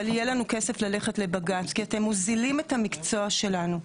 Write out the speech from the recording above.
אבל יהיה לנו כסף ללכת לבג"צ כי אתם מוזילים את המקצוע שלנו.